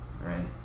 Right